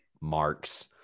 Marks